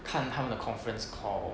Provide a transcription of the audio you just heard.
看他们的 conference call